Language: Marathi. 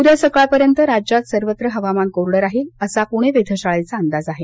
उद्या सकाळपर्यंत राज्यात सर्वत्र हवामान कोरडं राहिलं असा पूणे वेधशाळेचा अंदाज आहे